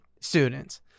students